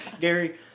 Gary